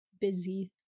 busy